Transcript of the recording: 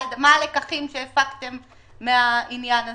מה הלקחים שהפקתם מהעניין הזה?